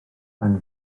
pan